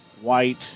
white